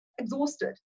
exhausted